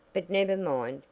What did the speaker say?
but never mind!